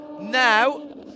now